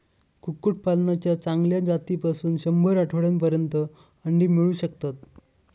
कुक्कुटपालनाच्या चांगल्या जातीपासून शंभर आठवड्यांपर्यंत अंडी मिळू शकतात